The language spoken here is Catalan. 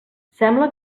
sembla